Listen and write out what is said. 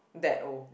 that old